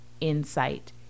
insight